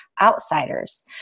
outsiders